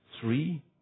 Three